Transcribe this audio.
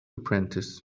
apprentice